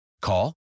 Call